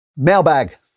Mailbag